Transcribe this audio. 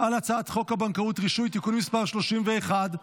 על הצעת חוק הבנקאות (רישוי) (תיקון מס' 31),